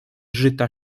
żyta